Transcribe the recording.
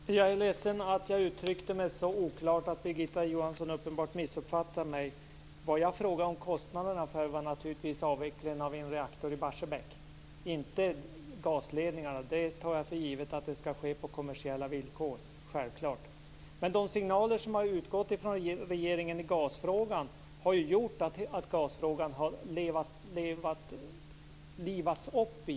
Fru talman! Jag är ledsen om jag uttryckte mig så oklart att Birgitta Johansson missuppfattade mig, vilket hon uppenbarligen gjorde. När jag frågade om kostnaderna avsåg jag naturligtvis avvecklingen av en reaktor i Barsebäck, inte gasledningarna. Jag tar för givet att detta med gasen sker på kommersiella villkor. De signaler som i gasfrågan utgått från regeringen har gjort att gasfrågan återigen livats upp.